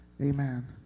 Amen